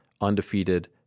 undefeated